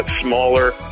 smaller